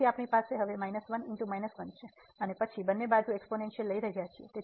તેથી આપણી પાસે આ છે અને પછી બંને બાજુ એક્સપોનેનસીઅલ લઈ રહ્યા છીએ